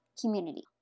community